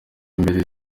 imbere